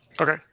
Okay